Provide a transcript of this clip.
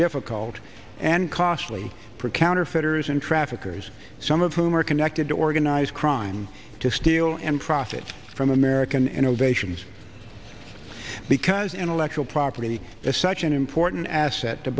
difficult and costly for counterfeiters and traffickers some of whom are connected to organized crime to steal and profit from american and ovations because intellectual property is such an important asset to